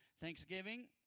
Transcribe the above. Thanksgiving